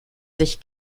sich